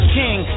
king